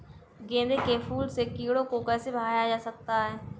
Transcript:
गेंदे के फूल से कीड़ों को कैसे भगाया जा सकता है?